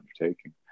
undertaking